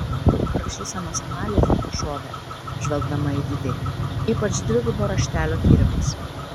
rašysenos analizė šovė žvelgdama į didi ypač dvigubo raštelio tyrimas